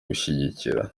gushyigikira